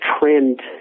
trend